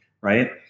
right